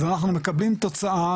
אז אנחנו מקבלים תוצאה,